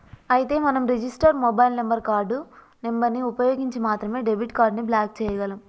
అయితే మనం register mobile number card number ని ఉపయోగించి మాత్రమే డెబిట్ కార్డు ని బ్లాక్ చేయగలం